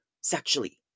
sexually